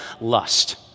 lust